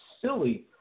silly